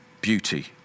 beauty